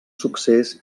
succés